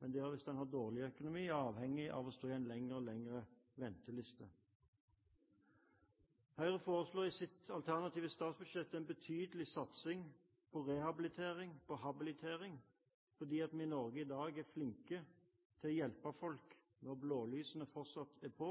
men der en som har dårlig økonomi, er avhengig av å stå på en stadig lengre venteliste. Høyre foreslår i sitt alternative statsbudsjett en betydelig satsing på rehabilitering og habilitering, fordi vi i Norge i dag er flinke til å hjelpe folk når blålysene fortsatt er på,